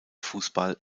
fußball